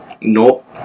Nope